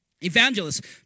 evangelists